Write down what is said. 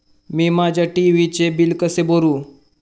मी माझ्या टी.व्ही चे बिल कसे भरू?